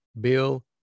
Bill